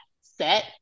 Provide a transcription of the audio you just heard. set